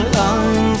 long